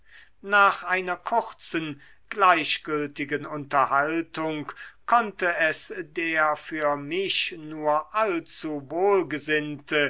nach einer kurzen gleichgültigen unterhaltung konnte es der für mich nur allzu wohlgesinnte